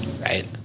right